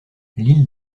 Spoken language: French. l’île